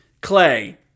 Clay